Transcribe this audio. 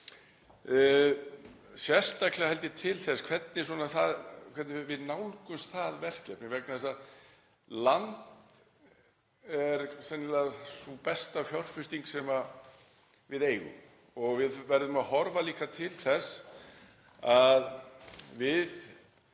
sérstaklega til þess, held ég, hvernig við nálgumst það verkefni vegna þess að land er sennilega sú besta fjárfesting sem við eigum og við verðum að horfa líka til þess að við